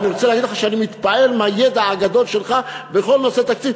אני רוצה להגיד לך שאני מתפעל מהידע הגדול שלך בכל נושא התקציב,